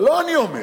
אבל לא אני אומר,